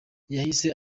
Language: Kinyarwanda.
yahise